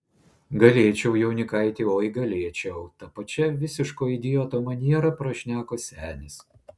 galėčiau jaunikaiti oi galėčiau ta pačia visiško idioto maniera prašneko senis